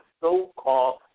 so-called